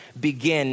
begin